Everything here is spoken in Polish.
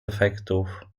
efektów